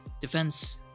Defense